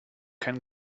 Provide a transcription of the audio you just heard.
ken